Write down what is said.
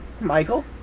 Michael